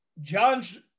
John's